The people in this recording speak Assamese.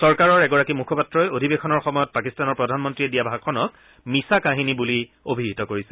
চৰকাৰৰ এগৰাকী মুখপাত্ৰই অধিৱেশনৰ সময়ত পাকিস্তানৰ প্ৰধানমন্ৰীয়ে দিয়া ভাষণক মিছা কাহিনী বুলি অভিহিত কৰিছে